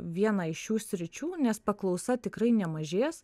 vieną iš šių sričių nes paklausa tikrai nemažės